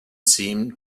seemed